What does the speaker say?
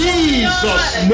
Jesus